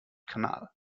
canal